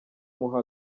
muha